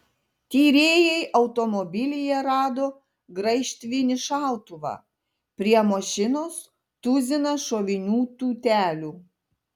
tyrėjai automobilyje rado graižtvinį šautuvą prie mašinos tuziną šovinių tūtelių